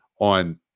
on